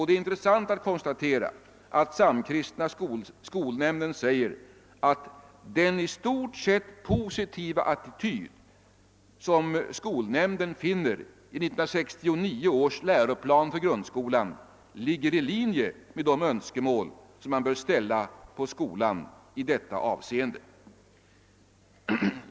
Det är intressant att konstatera att samkristna skolnämnden säger att den i stort sett positiva attityd som skolnämnden finner i 1969 års läroplan för grundskolan ligger i linje med de önskemål som man bör ställa på skolan i detta avseende.